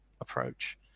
approach